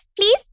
Please